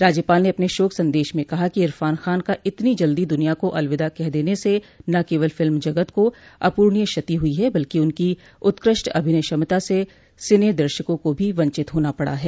राज्यपाल ने अपने शोक संदेश में कहा कि इरफान खान का इतनी जल्दी दुनिया को अलविदा कह देने से न केवल फिल्म जगत को अपूरणीय क्षति हुई है बल्कि उनकी उत्कृष्ट अभिनय क्षमता से सिनेदर्शकों को भी वंचित होना पड़ा है